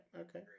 okay